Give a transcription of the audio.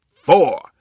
four